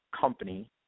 company